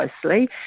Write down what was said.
closely